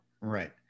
Right